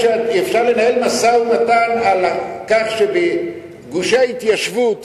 לנהל משא-ומתן על כך שגושי ההתיישבות